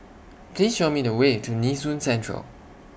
Please Show Me The Way to Nee Soon Central